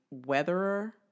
weatherer